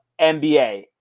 NBA